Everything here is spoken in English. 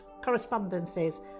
correspondences